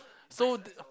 so